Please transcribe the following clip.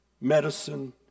medicine